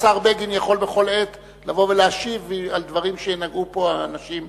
השר בגין יכול בכל עת לבוא ולהשיב על דברים שנגעו בהם פה אנשים,